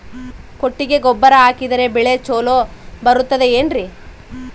ಕೊಟ್ಟಿಗೆ ಗೊಬ್ಬರ ಹಾಕಿದರೆ ಬೆಳೆ ಚೊಲೊ ಬರುತ್ತದೆ ಏನ್ರಿ?